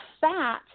fat